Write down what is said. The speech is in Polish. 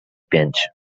pięć